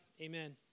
Amen